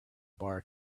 bar